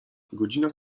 godzina